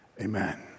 Amen